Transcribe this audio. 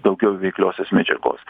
daugiau veikliosios medžiagos